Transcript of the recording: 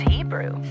Hebrew